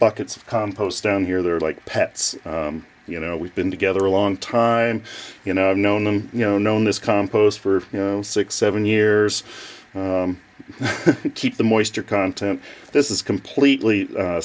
buckets of compost down here they're like pets you know we've been together a long time you know i've known them you know known this compost for you know six seven years keep the moisture content this is completely